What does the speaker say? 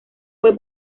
fue